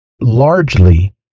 largely